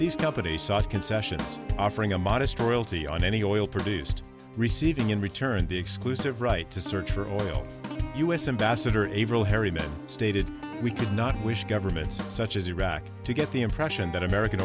these companies soft concessions offering a modest royalty on any oil produced receiving in return the exclusive right to search for oil u s ambassador averil harry met stated we could not wish governments such as iraq to get the impression that american